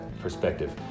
perspective